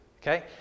okay